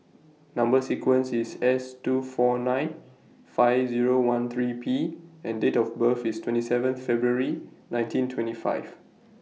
Number sequence IS S two four nine five Zero one three P and Date of birth IS twenty seven February nineteen twenty five